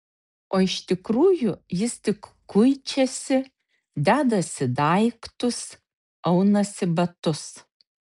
o iš tikrųjų jis tik kuičiasi dedasi daiktus aunasi batus